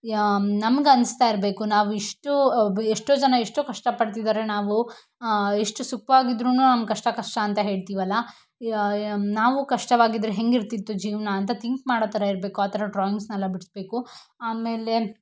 ನಮ್ಗೆ ಅನಿಸ್ತಾ ಇರಬೇಕು ನಾವು ಇಷ್ಟೋ ಎಷ್ಟೋ ಜನ ಎಷ್ಟೋ ಕಷ್ಟ ಪಡ್ತಿದ್ದಾರೆ ನಾವು ಇಷ್ಟು ಸುಖಾವಾಗಿದ್ರೂ ನಾವು ಕಷ್ಟ ಕಷ್ಟ ಅಂತ ಹೇಳ್ತೀವಲ್ಲ ನಾವು ಕಷ್ಟವಾಗಿದ್ದರೆ ಹೇಗಿರ್ತಿತ್ತು ಜೀವನ ಅಂತ ಥಿಂಕ್ ಮಾಡೊ ಥರ ಇರಬೇಕು ಆ ಥರ ಡ್ರಾಯಿಂಗ್ಸ್ನೆಲ್ಲ ಬಿಡಿಸ್ಬೇಕು ಆಮೇಲೆ